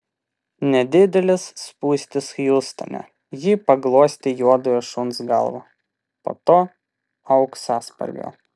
nedidelės spūstys hjustone ji paglostė juodojo šuns galvą po to auksaspalvio